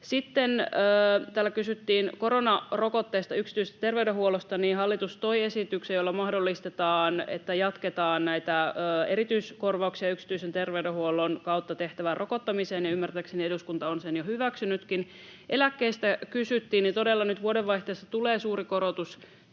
Sitten täällä kysyttiin yksityisestä terveydenhuollosta saatavasta koronarokotteesta. Hallitus toi esityksen, jolla mahdollistetaan, että jatketaan näitä erityiskorvauksia yksityisen terveydenhuollon kautta tehtävään rokottamiseen, ja ymmärtääkseni eduskunta on sen jo hyväksynytkin. Eläkkeistä kysyttiin. Todella nyt vuodenvaihteessa tulee suuri korotus